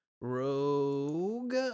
Rogue